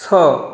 स